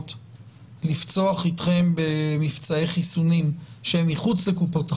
לפצוח אתכם במבצעי חיסונים שהם מחוץ לקופות החולים,